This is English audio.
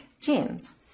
genes